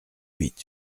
huit